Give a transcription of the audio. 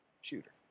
shooter